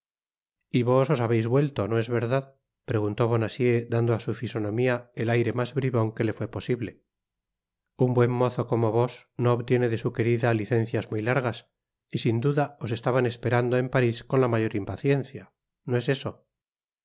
y vos os habeis vuelto no es verdad preguntó bonacieux dando á su fisonomía el aire mas bribon que le fué posible un buen mozo como vos no obtiene de su querida licencias muy largas y sin duda os estaban esperando en parís con la mayor impaciencia no es eso